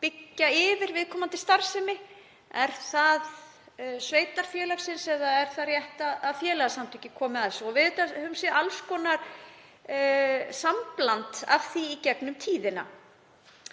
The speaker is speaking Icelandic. byggja yfir viðkomandi starfsemi. Er það sveitarfélagsins eða er rétt að félagasamtökin komi að þessu? Við höfum séð alls konar sambland af því í gegnum tíðina.